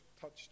touched